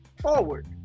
forward